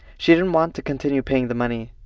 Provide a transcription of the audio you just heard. she didn't want to continue paying the money.